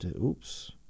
Oops